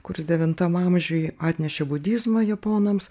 kuris devintam amžiui atnešė budizmą japonams